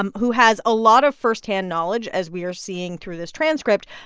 um who has a lot of firsthand knowledge, as we are seeing through this transcript,